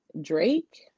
Drake